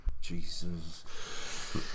Jesus